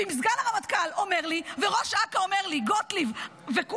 ואם סגן הרמטכ"ל אומר לי וראש אכ"א אומר לי: גוטליב ולכולנו,